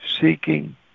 seeking